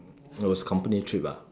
it was company trip lah